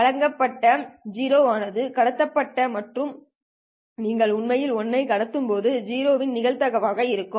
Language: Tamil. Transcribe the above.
வழங்கப்பட்ட ௦ ஆனது கடத்தப்பட்டது மற்றும் நீங்கள் உண்மையில் 1 ஐ கடத்தும்போது 0 வின் நிகழ்தகவு ஆக இருக்கும்